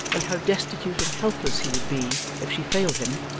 and how destitute and helpless he would be if she failed him,